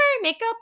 makeup